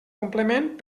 complement